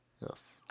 yes